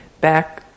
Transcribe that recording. back